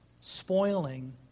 spoiling